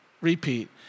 repeat